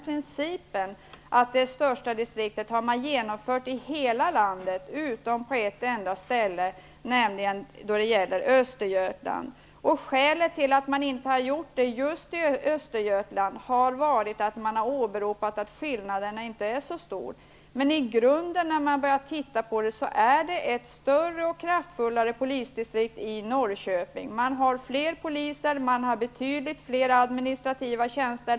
Principen med det största distriktet har genomförts i hela landet utom på ett enda ställe, nämligen Östergötland. Skälet till att detta inte har genomförts i just Östergötland har varit att skillnaderna inte skulle vara så stora. I grunden är polisdistriktet i Norrköping större och mer kraftfullt. Där finns fler poliser och betydligt fler administrativa tjänster.